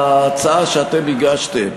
ההצעה שאתם הגשתם,